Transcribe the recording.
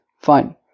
Fine